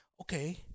okay